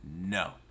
No